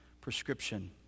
prescription